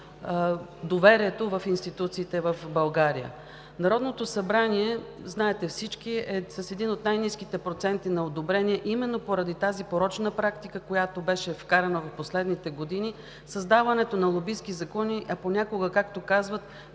доверието в институциите в България. Народното събрание, знаете всички, е с един от най-ниските проценти на одобрение именно поради тази порочна практика, която беше вкарана в последните години – създаването на лобистки закони, а понякога, както казват,